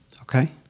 Okay